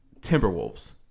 Timberwolves